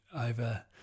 over